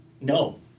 No